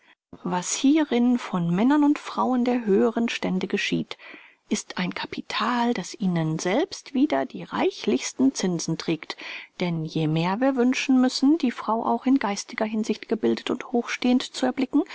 was hierin von männern und frauen der höheren stände geschieht ist ein kapital das ihnen selbst wieder die reichlichsten zinsen trägt denn je mehr wir wünschen müssen die frau auch in geistiger hinsicht gebildet und hochstehend zu erblicken